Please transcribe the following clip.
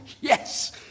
yes